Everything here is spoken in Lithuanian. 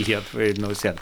lietuvai nausėda